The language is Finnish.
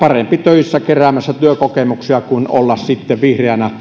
parempi töissä keräämässä työkokemuksia kuin olla sitten vihreänä